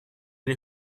для